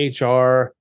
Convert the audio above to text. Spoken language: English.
HR